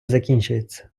закінчується